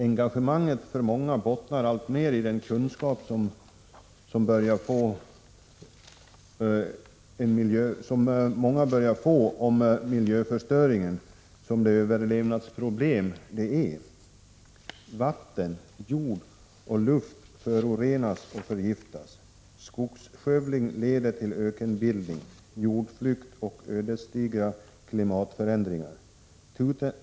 Engagemanget bottnar alltmer i den kunskap som många börjar få om miljöförstöringen som det överlevnadsproblem det är. Vatten, jord och luft förorenas och förgiftas. Skogsskövling leder till ökenbildning, jordflykt och ödesdigra klimatförändringar.